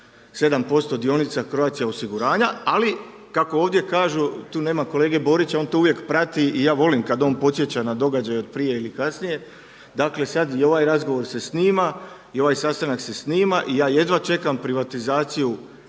7% dionica Croatia osiguranja. Ali kako ovdje kažu, tu nema kolege Borića, on to uvijek prati i ja volim kada on podsjeća na događaje od prije ili kasnije, dakle sad i ovaj razgovor se snima i ovaj sastanak se snima i ja jedva čekam privatizaciju